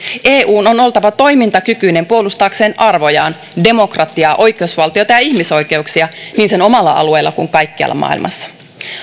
eun on oltava toimintakykyinen puolustaakseen arvojaan demokratiaa oikeusvaltiota ja ihmisoikeuksia niin sen omalla alueella kuin kaikkialla maailmassa